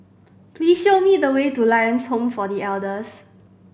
please show me the way to Lions Home for The Elders